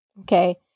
Okay